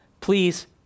please